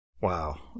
Wow